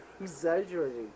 exaggerating